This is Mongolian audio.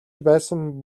байсан